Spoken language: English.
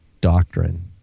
doctrine